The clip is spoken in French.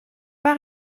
pas